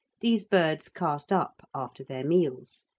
these birds cast up after their meals.